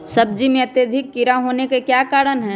सब्जी में अत्यधिक कीड़ा होने का क्या कारण हैं?